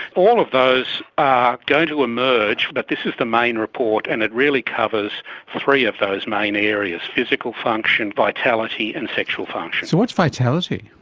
all of those are going to emerge, but this is the main report and it really covers three of those main areas physical function, vitality and sexual function. so what's vitality?